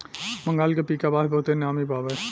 बंगाल के पीका बांस बहुते नामी बावे